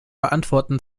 beantworten